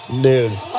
Dude